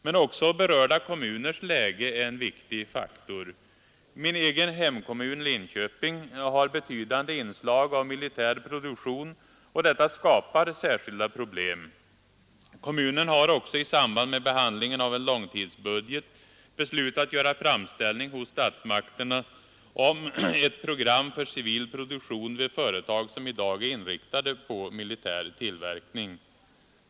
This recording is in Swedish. Men också berörda kommuners läge är en viktig faktor. Min egen hemkommun Linköping har betydande inslag av militär produktion, och detta skapar särskilda problem. Kommunen har också i samband med behandlingen av en långtidsbudget beslutat att göra framställning hos statsmakterna om ett program för civil produktion vid företag som i dag är inriktade på militär tillverkning.